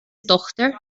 tochter